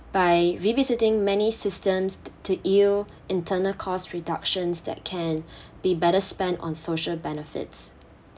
by revisiting many systems t~ to ill internal cost reductions that can be better spent on social benefits